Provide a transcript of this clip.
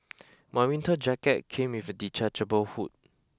my winter jacket came with a detachable hood